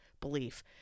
belief